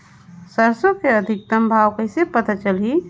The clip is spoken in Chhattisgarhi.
सरसो के अधिकतम भाव कइसे पता चलही?